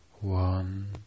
one